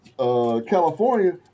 California